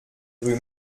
rue